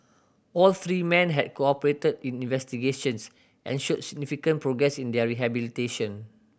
all three men had cooperated in investigations and shown significant progress in their rehabilitation